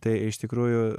tai iš tikrųjų